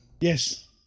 Yes